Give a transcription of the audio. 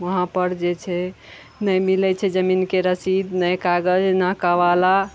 वहाँ पर जे छै नहि मिलै छै जमीनके रसीद नहि कागज ने केबाला